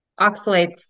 oxalates